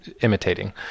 imitating